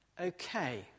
Okay